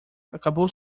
acabou